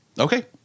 Okay